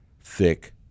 thick